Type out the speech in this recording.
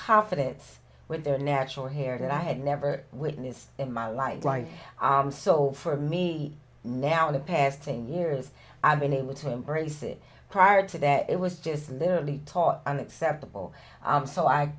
confidence with their natural hair that i had never witnessed in my life like i am so for me now in the past ten years i've been able to embrace it prior to that it was just literally taught and acceptable so i